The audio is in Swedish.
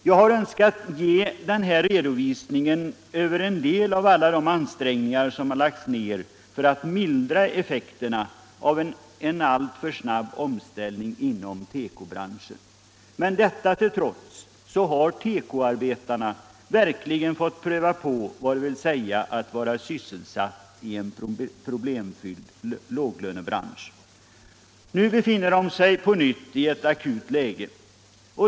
Jag har önskat ge den här redovisningen över en del av alla de ansträngningar som lagts ner för att mildra effekterna av en alltför snabb omställning inom tekobranschen. Detta till trots har tekoarbetarna verkligen fått pröva på vad det vill säga att vara sysselsatta i en problemfylld låglönebransch. Nu befinner de sig på nytt i ett akut läge.